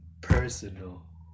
personal